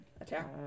Attack